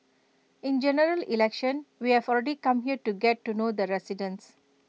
in generally election we have already come here to get to know the residents